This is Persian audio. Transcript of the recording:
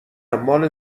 مال